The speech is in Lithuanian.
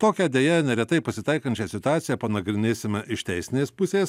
tokią deja neretai pasitaikančią situaciją panagrinėsime iš teisinės pusės